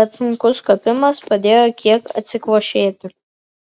bet sunkus kopimas padėjo kiek atsikvošėti